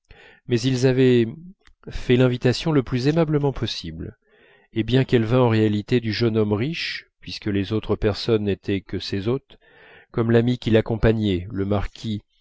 mais ils avaient fait l'invitation le plus aimablement possible et bien qu'elle vînt en réalité du jeune homme riche puisque les autres personnes n'étaient que ses hôtes comme l'ami qui l'accompagnait le marquis